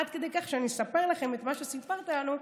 עד כדי כך שאני אספר לכם את מה שסיפרת לנו.